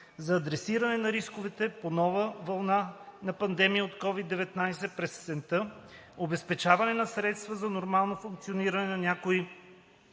за адресиране на рисковете от нова вълна на пандемията от COVID-19 през есента, обезпечаване на средства за нормалното функциониране на някои